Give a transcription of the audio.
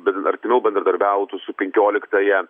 bet artimiau bendradarbiautų su penkioliktąją